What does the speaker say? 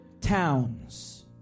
towns